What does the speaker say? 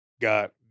got